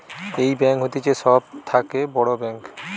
এই ব্যাঙ্ক হতিছে সব থাকে বড় ব্যাঙ্ক